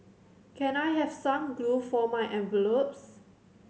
can I have some glue for my envelopes